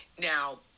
Now